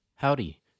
Howdy